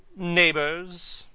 neighbours,